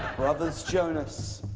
brothers jonas,